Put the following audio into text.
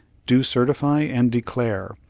do certify and declare,